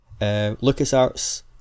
LucasArts